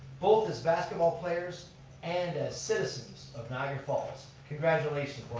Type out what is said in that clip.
both as basketball players and as citizens of niagara falls. congratulations